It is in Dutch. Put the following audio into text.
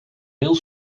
heel